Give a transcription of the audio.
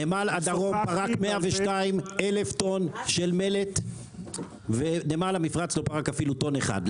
נמל הדרום פרק 102,000 טון מלט ונמל המפרץ לא פרק אפילו טון אחד.